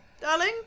darling